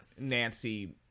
Nancy